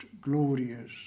glorious